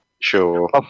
Sure